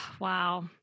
wow